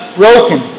broken